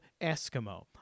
Eskimo